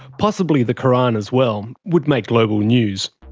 possibly the quran as well, would make global news.